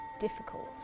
difficult